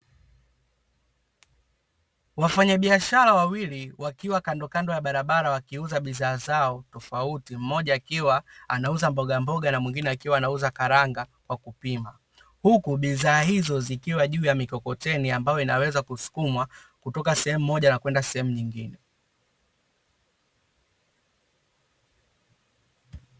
Wafanyabiashara wawili wakiwa kandokando ya barabara wakiuza bidhaa zao tofauti, mmoja akiwa anauza mbogamboga na mwingine akiwa anauza karanga kwa kupima, huku bidhaa hizo zikiwa juu ya mikokoteni ambayo inaweza kusukumwa kutoka sehemu moja na kwenda sehemu nyingine.